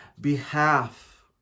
behalf